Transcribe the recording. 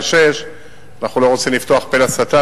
2006. אנחנו לא רוצים לפתוח פה לשטן,